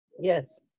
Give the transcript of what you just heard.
Yes